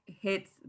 hits